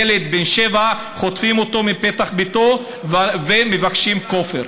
ילד בן שבע, חוטפים אותו מפתח ביתו ומבקשים כופר.